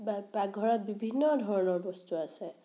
পা পাকঘৰত বিভিন্ন ধৰণৰ বস্তু আছে